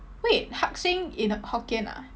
wait hakseng in hokkien ah